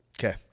Okay